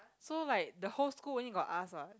so like the whole school only got us what